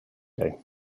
day